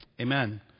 Amen